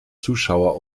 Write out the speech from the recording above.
zuschauer